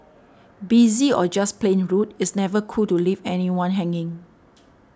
busy or just plain rude it's never cool to leave anyone hanging